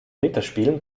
winterspielen